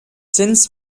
since